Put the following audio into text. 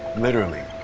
literally.